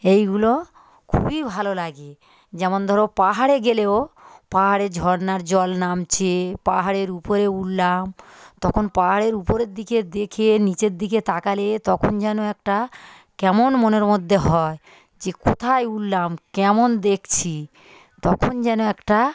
এইগুলো খুবই ভালো লাগে যেমন ধর পাহাড়ে গেলেও পাহাড়ে ঝর্নার জল নামছে পাহাড়ের উপরে উঠলাম তখন পাহাড়ের উপরের দিকে দেখে নীচের দিকে তাকালে তখন যেন একটা কেমন মনের মধ্যে হয় যে কোথায় উঠলাম কেমন দেখছি তখন যেন একটা